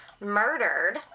murdered